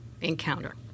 encounter